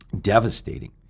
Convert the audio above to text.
devastating